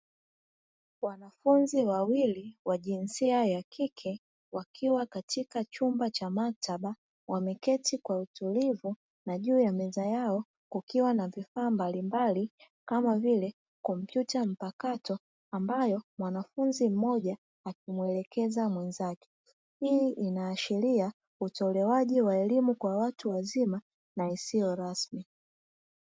Wanafunzi wawili wa jinsia ya kike wakiwa katika chumba cha maktaba wamekti kwa utulivu na juu ya meza yao, kukiwa na vifaa ambalimbali kama vile kompyuta mpakato, ambayo mwanafunzi mmoja akimuelekeza mwenzake hii inaashiria utoaji wa elimu wa watu wazima na isiyo rasmi.